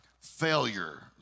failure